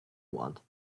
want